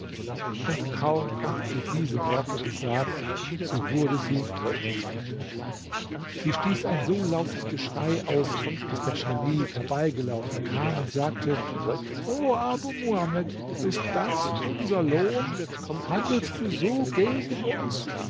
und kaum hatte sie diese worte gesagt so wurde sie weggeschleppt sie stieß ein so lautes geschrei aus daß der scherif herbeigelaufen kaum und sagte o abu muhamed ist das unser lohn handelst du so gegen uns